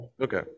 Okay